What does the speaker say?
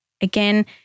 again